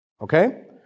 Okay